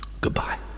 Goodbye